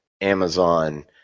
Amazon